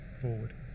forward